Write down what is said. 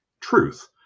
truth